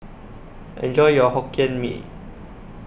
Enjoy your Hokkien Mee